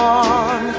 on